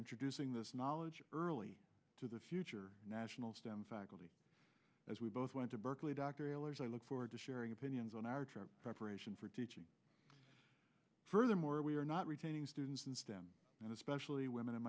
introducing this knowledge early to the future national stem faculty as we both went to berkeley dr elders i look forward to sharing opinions on our preparation for teaching furthermore we are not retaining students in stem and especially women and